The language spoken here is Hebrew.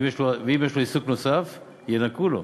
ואם יש לו עיסוק נוסף ינכו לו,